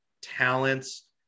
talents